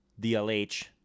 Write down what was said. DLH